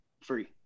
free